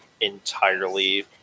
entirely